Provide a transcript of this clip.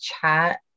chat